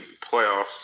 playoffs